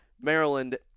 Maryland